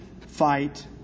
fight